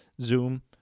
Zoom